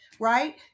right